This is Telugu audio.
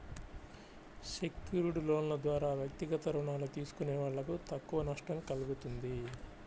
సెక్యూర్డ్ లోన్ల ద్వారా వ్యక్తిగత రుణాలు తీసుకునే వాళ్ళకు తక్కువ నష్టం కల్గుతుంది